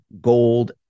gold